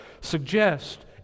suggest